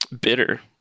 bitter